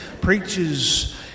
preaches